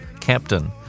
captain